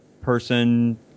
person